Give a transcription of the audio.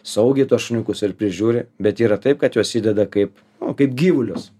saugiai tuos šuniukus ir prižiūri bet yra taip kad juos įdeda kaip nu kaip gyvulius